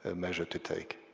ah measure to take.